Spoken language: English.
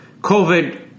COVID